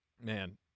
man